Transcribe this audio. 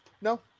No